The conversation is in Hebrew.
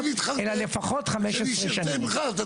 אלא לפחות 15 שנים.